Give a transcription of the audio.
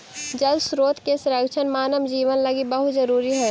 जल स्रोत के संरक्षण मानव जीवन लगी बहुत जरूरी हई